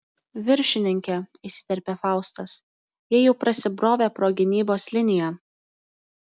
viršininke įsiterpė faustas jie jau prasibrovė pro gynybos liniją